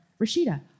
Rashida